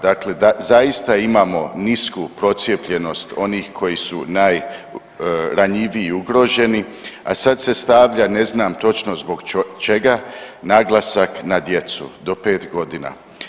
Dakle, da zaista imamo nisku procijepljenost onih koji su najranjiviji i ugroženi, a sad se stavlja ne znam točno zbog čega naglasak na djecu do 5 godina.